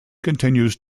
continues